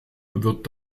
wird